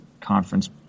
conference